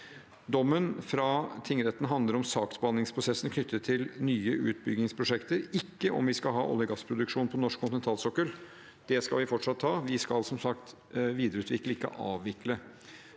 Dommen fra tingretten handler om saksbehandlingsprosessen knyttet til nye utbyggingsprosjekter, ikke om hvorvidt vi skal ha olje- og gassproduksjon på norsk kontinentalsokkel. Det skal vi fortsatt ha. Vi skal som sagt videreutvikle, ikke avvikle.